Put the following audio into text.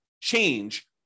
change